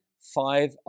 five